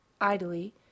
Idly—